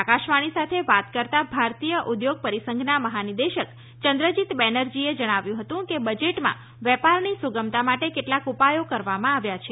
આકાશવાણી સાથે વાત કરતાં ભારતીય ઉદ્યોગ પરિસંઘના મહાનિર્દેશક ચંદ્રજીત બેનરજીએ જણાવ્યું હતું કે બજેટમાં વેપારની સુગમતા માટે કેટલાંક ઉપાયો કરવામાં આવ્યા છે